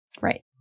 Right